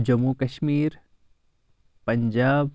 Jammu Kashmir Punjab